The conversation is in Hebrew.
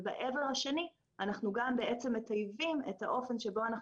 ובעבר השני אנחנו גם מטייבים את האופן שבו אנחנו